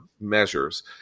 measures